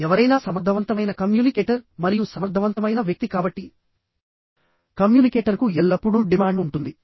ఎవరైనా సమర్థవంతమైన కమ్యూనికేటర్ మరియు సమర్థవంతమైన వ్యక్తి కాబట్టి కమ్యూనికేటర్కు ఎల్లప్పుడూ డిమాండ్ ఉంటుంది